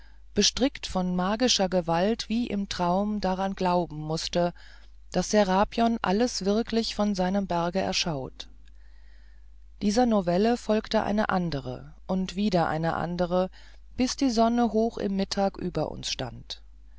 bestrickt von magischer gewalt wie im traum daran glauben mußte daß serapion alles selbst wirklich von seinem berge erschaut dieser novelle folgte eine andere und wieder eine andere bis die sonne hoch im mittag über uns stand